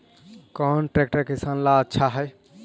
कौन ट्रैक्टर किसान ला आछा है?